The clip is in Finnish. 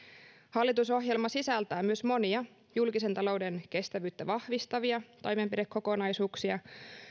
hallitusohjelma sisältää myös monia julkisen talouden kestävyyttä vahvistavia toimenpidekokonaisuuksia